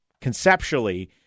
conceptually